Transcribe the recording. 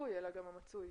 הרצוי אלא גם המצוי.